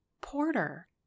Porter